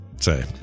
Say